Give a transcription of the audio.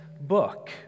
book